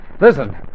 Listen